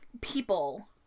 people